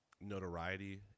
notoriety